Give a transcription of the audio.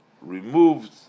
removed